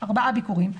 4 ביקורים,